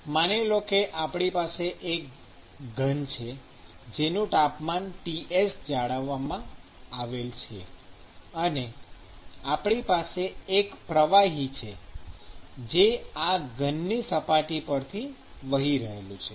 માની લો કે આપણી પાસે એક ઘન છે જેનું તાપમાન Ts જાળવવામાં આવેલ છે અને આપણી પાસે એક પ્રવાહી છે જે આ ઘનની સપાટી પર થી આગળ વહી રહ્યું છે ઉપરની સ્લાઇડ જુઓ